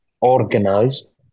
organized